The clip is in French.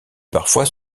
parfois